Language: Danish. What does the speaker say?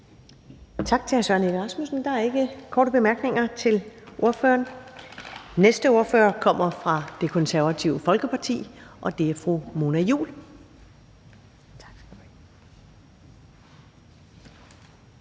Tak til hr. Søren Egge Rasmussen. Der er ikke korte bemærkninger til ordføreren. Den næste ordfører kommer fra Det Konservative Folkeparti, og det er fru Mona Juul.